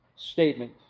Statement